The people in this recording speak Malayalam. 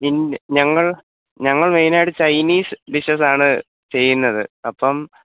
ഇൻ ഞങ്ങൾ ഞങ്ങൾ മെയിൻ ആയിട്ട് ചൈനീസ് ഡിഷസ് ആണ് ചെയ്യുന്നത് അപ്പം